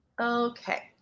Okay